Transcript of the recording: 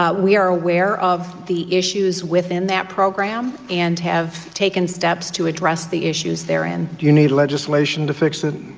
ah we are aware of the issues within that program and have taken steps to address the issues therein do you need legislation to fix it?